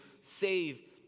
save